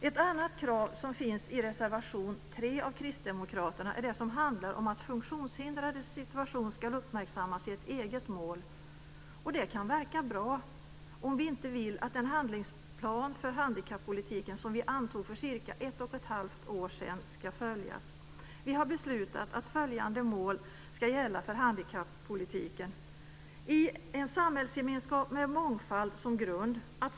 Ett annat krav som finns i reservation 3 av kristdemokraterna handlar om att funktionshindrades situation ska uppmärksammas i ett eget mål. Det kan verka bra, om vi inte vill att den handlingsplan för handikappolitiken som vi antog för cirka ett och ett halvt år sedan ska följas. Vi har beslutat att följande mål ska gälla för handikappolitiken: · Det ska finnas en samhällsgemenskap med mångfald som grund.